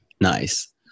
Nice